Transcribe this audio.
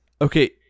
Okay